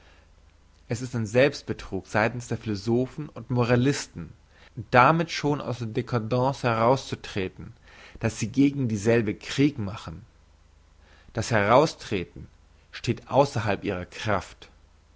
es ist ein selbstbetrug seitens der philosophen und moralisten damit schon aus der dcadence herauszutreten dass sie gegen dieselbe krieg machen das heraustreten steht ausserhalb ihrer kraft